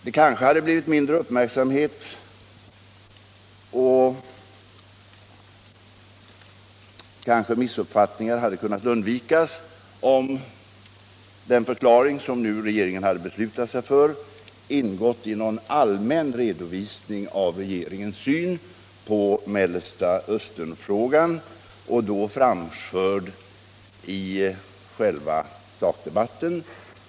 Det kanske hade blivit mindre uppmärksamhet, och kanske missuppfattningar hade kunnat undvikas, om den förklaring som nu regeringen hade beslutat sig för ingått i en allmän redovisning av regeringens syn på Mellanösternfrågan, framförd i själva sakdebatten.